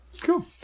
Cool